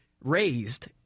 raised